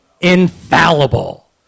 infallible